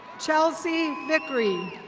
chelsea vicory.